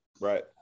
right